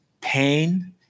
pain